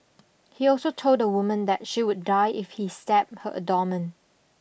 he also told the woman that she would die if he stabbed her abdomen